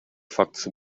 фактысы